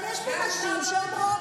אבל יש פה נשים שאומרות,